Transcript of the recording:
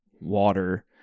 water